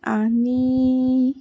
आनी